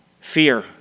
fear